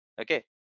Okay